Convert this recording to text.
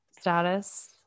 status